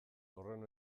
horren